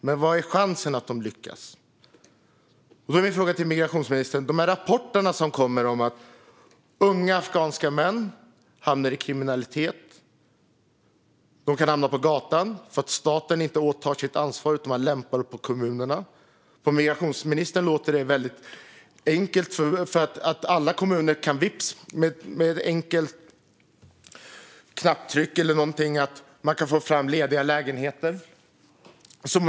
Men vad är chansen att de lyckas? Jag har en fråga till migrationsministern. Det kommer rapporter om att unga afghanska män hamnar i kriminalitet. De kan hamna på gatan, för att staten inte tar sitt ansvar utan lämpar det på kommunerna. På migrationsministern låter det som att det är väldigt enkelt. Alla kommuner kan vips med ett enkelt knapptryck eller någonting få fram lediga lägenheter.